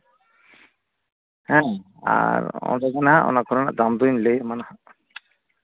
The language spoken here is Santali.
ᱦᱮᱸ ᱟᱨ ᱚᱸᱰᱮ ᱜᱮᱱᱟᱦᱟᱜ ᱚᱱᱟ ᱠᱚᱨᱮᱱᱟᱜ ᱫᱟᱢ ᱫᱚᱧ ᱞᱟᱹᱭᱟᱢᱟ ᱱᱟᱜ